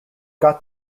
got